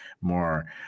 more